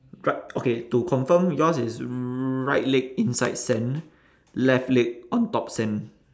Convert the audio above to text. right okay to confirm yours is right leg inside sand left leg on top sand